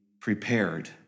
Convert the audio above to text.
prepared